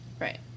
Right